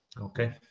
okay